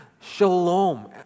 shalom